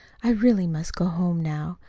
i really must go home now,